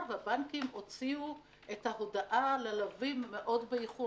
והבנקים הוציאו את ההודעה ללווים באיחור רב מאוד,